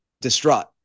distraught